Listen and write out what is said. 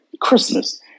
Christmas